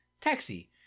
Taxi